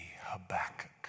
Habakkuk